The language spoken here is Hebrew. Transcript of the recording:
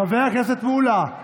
חבר הכנסת מולא, חבר הכנסת מולא,